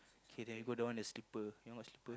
k then we go down the slipper your one what slipper